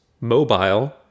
mobile